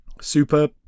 super